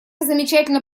замечательно